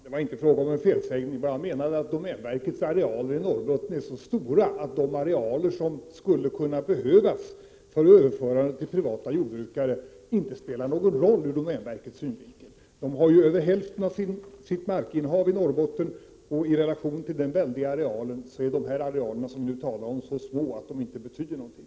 Särskildäregionalpoliz na ; tiska insatser i Norr Fru talman! Det var inte fråga om en felsägning. Vad jag menade var att a bottens län domänverkets arealer i Norrbotten är så stora att de arealer som skulle kunna behövas för överförande till privata jordbrukare inte spelar någon roll ur domänverkets synvinkel. Verket har ju över hälften av sitt markinnehav i Norrbotten, och i relation till den väldiga arealen är de arealer som det här talas om så små att de inte betyder någonting.